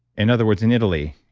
in other words, in italy,